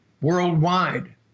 worldwide